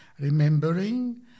remembering